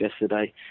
yesterday